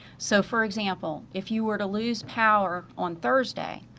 so for example, if you were to lose power on thursday,